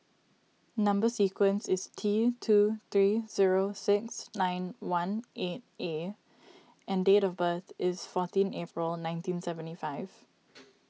Number Sequence is T two three zero six nine one eight A and date of birth is fourteen April nineteen seventy five